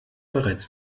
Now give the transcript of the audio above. bereits